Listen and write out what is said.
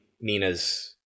Nina's